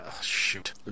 shoot